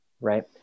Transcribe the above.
right